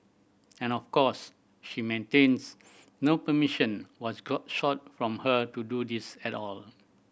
and of course she maintains no permission was sought from her to do this at all